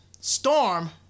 Storm